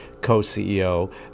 co-ceo